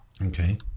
Okay